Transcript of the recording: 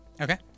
Okay